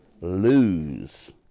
lose